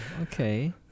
Okay